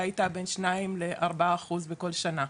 הייתה בין שתיים לארבע אחוז בכל שנה.